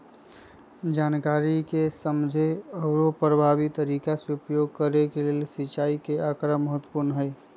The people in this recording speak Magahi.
जनकारी के समझे आउरो परभावी तरीका के उपयोग करे के लेल सिंचाई के आकड़ा महत्पूर्ण हई